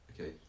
okay